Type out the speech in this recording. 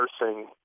nursing